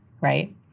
Right